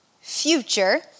future